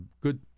good